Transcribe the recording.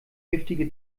giftige